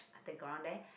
the ground there